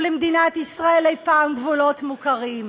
למדינת ישראל אי-פעם גבולות מוכרים.